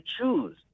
choose